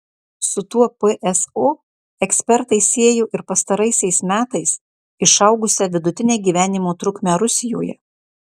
su tuo pso ekspertai siejo ir pastaraisiais metais išaugusią vidutinę gyvenimo trukmę rusijoje